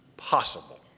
Possible